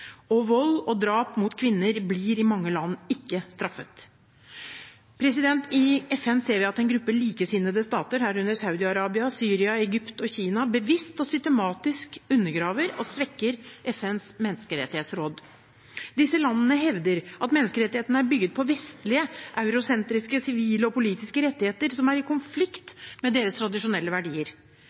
menneskerettighetsforkjempere. Vold og drap mot kvinner blir i mange land ikke straffet. I FN ser vi at en gruppe «likesinnede stater», herunder Saudi-Arabia, Syria, Egypt og Kina, bevisst og systematisk undergraver og svekker FNs menneskerettighetsråd. Disse landene hevder at menneskerettighetene er bygget på vestlige, eurosentriske sivile og politiske rettigheter som er i konflikt med deres tradisjonelle verdier.